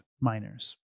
miners